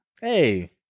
Hey